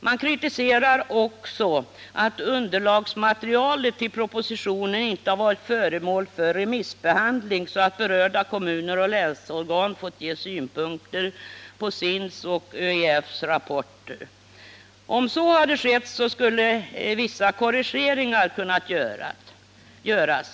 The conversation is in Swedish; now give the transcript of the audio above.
Man kritiserar också att underlagsmaterialet till propositionen inte varit föremål för remissbehandling, så att berörda kommuner och länsorgan fått ge synpunkter på SIND:s och ÖEF:s rapporter. Om så hade skett, skulle vissa korrigeringar ha kunnat göras.